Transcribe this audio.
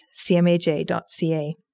cmaj.ca